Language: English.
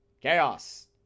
Chaos